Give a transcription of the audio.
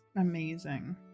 Amazing